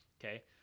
Okay